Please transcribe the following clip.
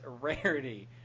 rarity